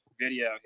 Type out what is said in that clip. video